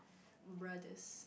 brothers